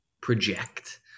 project